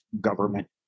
government